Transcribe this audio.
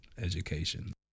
education